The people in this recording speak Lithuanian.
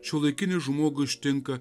šiuolaikinį žmogų ištinka